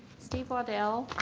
steve waddell,